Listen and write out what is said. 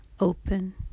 open